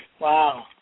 Wow